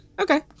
Okay